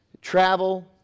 Travel